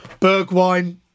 Bergwine